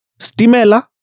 Stimela